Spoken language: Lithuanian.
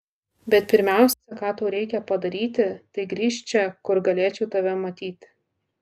bet pirmiausia ką tau reikia padaryti tai grįžt čia kur galėčiau tave matyti